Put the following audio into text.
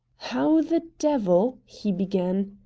how the devil! he began,